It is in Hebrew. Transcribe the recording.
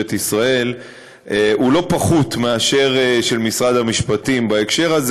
ישראל הוא לא פחות מזה של משרד המשפטים בהקשר הזה.